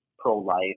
pro-life